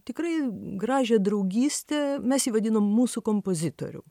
tikrai gražią draugystę mes jį vadinom mūsų kompozitorium